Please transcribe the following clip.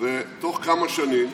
ובתוך כמה שנים,